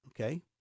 okay